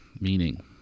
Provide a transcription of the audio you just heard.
meaning